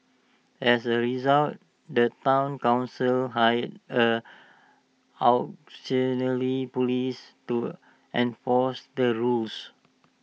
as A result the Town Council hired A auxiliary Police to enforce the rules